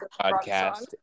podcast